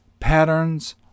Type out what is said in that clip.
Patterns